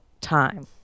time